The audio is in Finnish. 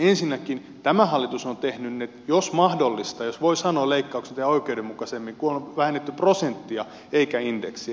ensinnäkin tämä hallitus on tehnyt ne jos voi sanoa leikkaukset oikeudenmukaisemmin kun on vähennetty prosenttia eikä indeksiä